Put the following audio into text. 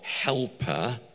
helper